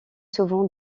souvent